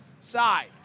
side